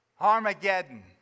Armageddon